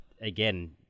again